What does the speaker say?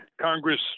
Congress